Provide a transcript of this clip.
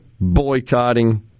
boycotting